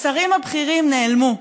השרים הבכירים נעלמו.